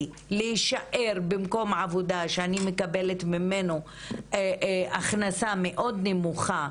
להישאר במקום העבודה שאני מקבלת ממנו הכנסה מאוד נמוכה